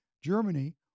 Germany